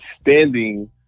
standing